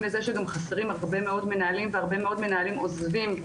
לכך שחסרים הרבה מאוד מנהלים ושהרבה מאוד מנהלים עוזבים.